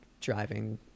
driving